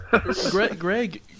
Greg